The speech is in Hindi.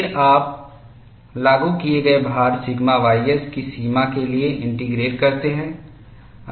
फिर आप लागू किए गए भार सिग्मा ys की सीमा के लिए इंटीग्रेट करते हैं